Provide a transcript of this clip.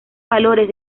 valores